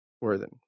Worthen